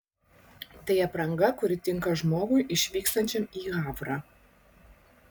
tai apranga kuri tinka žmogui išvykstančiam į havrą